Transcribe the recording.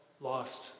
lost